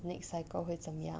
next cycle 会怎么样